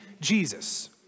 Jesus